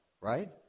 right